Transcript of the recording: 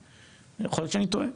יכול להיות שאני טועה,